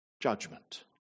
judgment